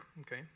Okay